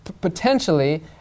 potentially